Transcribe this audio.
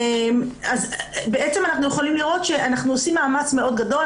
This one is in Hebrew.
אז בעצם אנחנו יכולים לראות שאנחנו עושים מאמץ מאוד גדול.